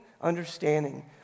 understanding